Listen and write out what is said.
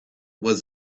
was